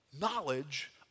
knowledge